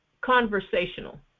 Conversational